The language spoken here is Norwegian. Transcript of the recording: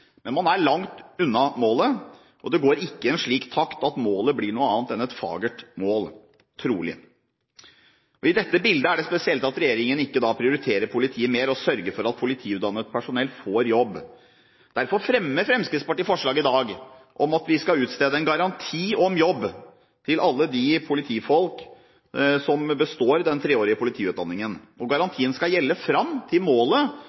Men man er langt unna målet. Det går i en slik takt at målet trolig ikke blir noe annet enn et fagert mål. I dette bildet er det spesielt at regjeringen ikke prioriterer politiet mer, og sørger for at politiutdannet personell får jobb. Derfor fremmer Fremskrittspartiet i dag forslag om at vi skal utstede en garanti om jobb til alle de politistudenter som består den treårige politiutdanningen. Garantien skal gjelde fram til målet